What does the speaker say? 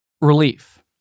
relief